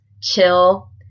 chill